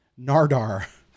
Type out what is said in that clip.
Nardar